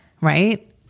right